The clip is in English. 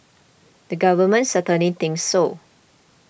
the government certainly thinks so